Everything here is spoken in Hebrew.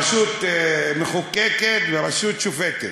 רשות מחוקקת ורשות שופטת.